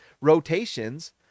rotations